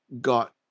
got